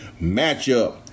matchup